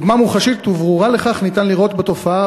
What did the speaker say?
דוגמה מוחשית וברורה לכך ניתן לראות בתופעה